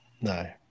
no